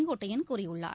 செங்கோட்டையன் கூறியுள்ளார்